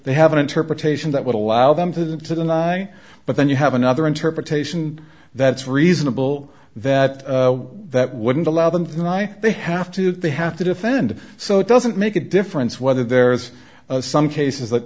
they have an interpretation that would allow them to them to deny but then you have another interpretation that's reasonable that that wouldn't allow them to why they have to they have to defend so it doesn't make a difference whether there's some cases